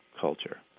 culture